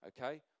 Okay